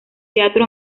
teatro